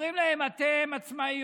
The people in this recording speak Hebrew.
אומרים להם: אתן עצמאיות,